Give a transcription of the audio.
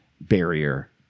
barrier